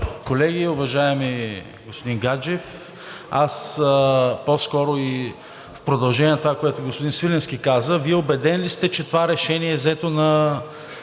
колеги, уважаеми господин Гаджев! Аз по-скоро в продължение на това, което господин Свиленски каза. Вие убеден ли сте, че това решение е взето на